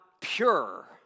pure